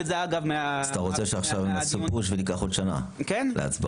אתה רוצה שנעשה פוש וניקח עוד שנה להצבעות?